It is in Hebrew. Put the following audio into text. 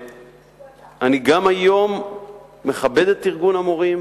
אני גם היום מכבד את ארגון המורים,